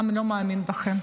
העם אינו מאמין בכם.